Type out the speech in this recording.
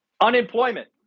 unemployment